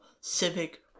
civic